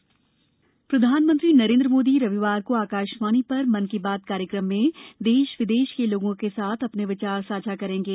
मन की बात प्रधानमंत्री नरेन्द्र मोदी रविवार को आकाशवाणी प्र मन की बात कार्यक्रम में देश विदेश के लोगों के साथ अ ने विचार साझा करेंगे